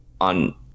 on